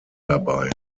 dabei